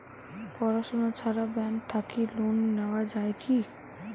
পড়াশুনা ছাড়া ব্যাংক থাকি লোন নেওয়া যায় কি?